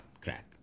crack